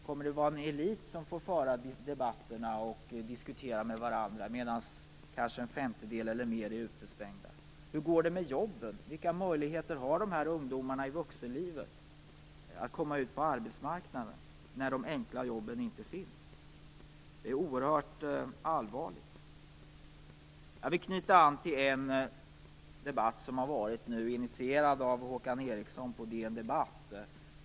Kommer det att vara en elit som får föra debatt och diskutera med varandra medan en femtedel eller mer av befolkningen är utestängd? Hur går det med jobb? Vilka möjligheter har dessa ungdomar i vuxenlivet att komma ut på arbetsmarknaden när de enkla jobben inte finns? Detta är oerhört allvarligt. Jag vill också knyta till en debatt som nu har förts och som har initierats av Håkan Eriksson på DN Debatt.